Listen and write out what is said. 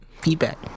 Feedback